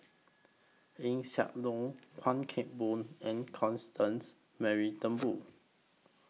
Eng Siak Loy Chuan Keng Boon and Constance Mary Turnbull